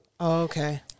Okay